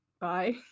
Bye